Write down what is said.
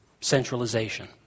centralization